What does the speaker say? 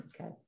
okay